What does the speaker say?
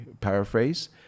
paraphrase